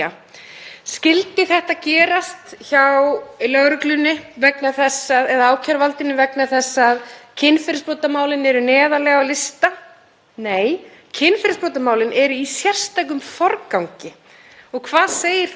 Nei, kynferðisbrotamálin eru í sérstökum forgangi. Og hvað segir það okkur þá um málshraða og framgang annarra sakamála sem taka enn þá lengri tíma? Það sjáum við t.d. hvað varðar efnahagsbrotamálin sem eru árum